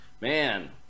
Man